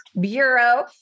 Bureau